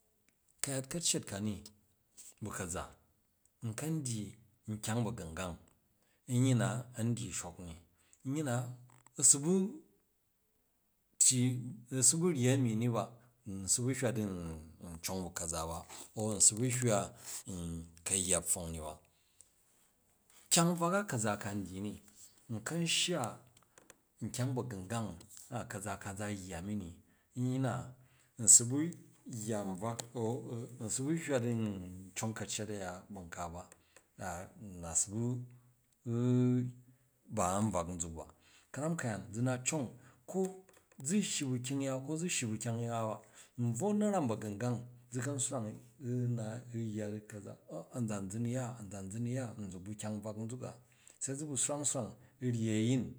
Ka̱yat ka̱ccet ka ni bu̱ ka̱za n kan dyyi nkyang ba̱gungang, nyyi na a̱n dyyi shok ni nyyi na su̱ bu̱ tyyi n su bu̱ ryyi a̱mi ba n sa bu̱ hywa di ncong bu̱ ka̱za ba au n sa bu̱ hywa di nka yya pfwong ni ba, kyang nbvak a ka̱za ka ndyyi ni nkan shya nkyang ba̱gungang a̱ ka̱za ka za yya mi ni nyyi na a̱ su bu̱ yya nbvak au nsubu hyna di n cong ka̱ccet a̱ya ba̱n ka ba, da n su bu ba an bvak nzuk ba, ka̱ram ka̱yaan zu na cong ko gu shyi ba̱ kyung ya ko zu shyiba̱ kyung ya ba, n bvwo na̱ram ba̱gangang zu kan swrang u̱ naai u̱ yya di ka̱za uyya a̱nzan za na̱ ya a̱nzan za nu̱ ya nzuk bu̱ kyang nbvak zuka, sai zu bu̱ swrang u̱ swrang u̱ ryyi a̱yin